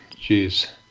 jeez